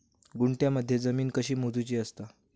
गुंठयामध्ये जमीन कशी मोजूची असता?